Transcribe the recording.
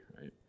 right